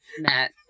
Matt